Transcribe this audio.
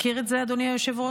מכיר את זה, אדוני היושב-ראש?